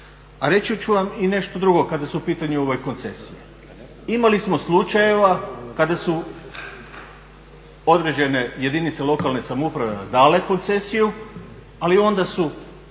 A reći ću vam i nešto drugo kada su u pitanju koncesije. Imali smo slučajeva kada su određene jedinice lokalne samouprave dale koncesiju ali onda se